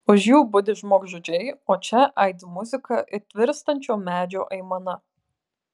už jų budi žmogžudžiai o čia aidi muzika it virstančio medžio aimana